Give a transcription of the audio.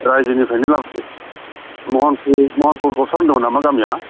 रायजोनिफ्रायनो लाबोदो महनफुर गथर मोन्दोंमोन नामा गामिया